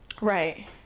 right